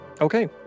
Okay